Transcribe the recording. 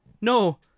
No